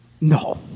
No